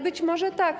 Być może tak.